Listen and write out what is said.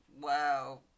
Wow